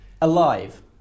Alive